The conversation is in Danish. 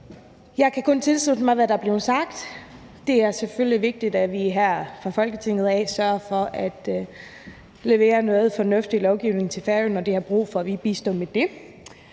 Jeg kan kun tilslutte mig, hvad der er blevet sagt. Det er selvfølgelig vigtigt, at vi her fra Folketinget sørger for at levere noget fornuftig lovgivning til Færøerne, når de har brug for, at vi bistår med det.